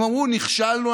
הם אמרו: נכשלנו,